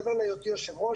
מעבר להיותי יושב-ראש,